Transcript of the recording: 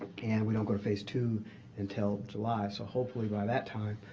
and we don't go to phase two until july. so hopefully by that time